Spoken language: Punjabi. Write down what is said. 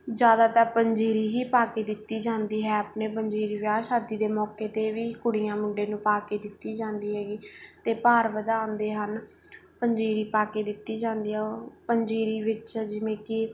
ਜ਼ਿਆਦਾ ਤਾਂ ਪੰਜੀਰੀ ਹੀ ਪਾ ਕੇ ਦਿੱਤੀ ਜਾਂਦੀ ਹੈ ਆਪਣੇ ਪੰਜੀਰੀ ਵਿਆਹ ਸ਼ਾਦੀ ਦੇ ਮੌਕੇ 'ਤੇ ਵੀ ਕੁੜੀਆਂ ਮੁੰਡੇ ਨੂੰ ਪਾ ਕੇ ਦਿੱਤੀ ਜਾਂਦੀ ਹੈਗੀ ਅਤੇ ਭਾਰ ਵਧਾਉਂਦੇ ਹਨ ਪੰਜੀਰੀ ਪਾ ਕੇ ਦਿਤੀ ਜਾਂਦੀ ਆ ਉਹ ਪੰਜੀਰੀ ਵਿਚ ਜਿਵੇਂ ਕਿ